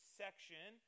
section